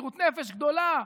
במסירות נפש גדולה,